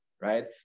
right